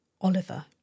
Oliver